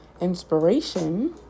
Inspiration